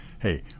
hey